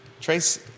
trace